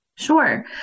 Sure